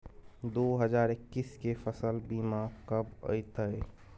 दु हजार एक्कीस के फसल बीमा कब अयतै?